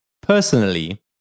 Personally